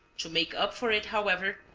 to make up for it, however,